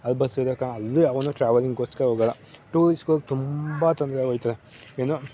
ಅಲ್ಲಿ ಬಸ್ ಸಿಗದ ಕಾರಣ ಅಲ್ಲೂ ಯಾವನೂ ಟ್ರಾವೆಲಿಂಗ್ಗೋಸ್ಕರ ಹೋಗಲ್ಲ ಟೂರಿಸ್ಗಳ್ಗೆ ತುಂಬ ತೊಂದರೆ ಆಗೋಯ್ತದೆ ಇನ್ನೂ